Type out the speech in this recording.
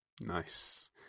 nice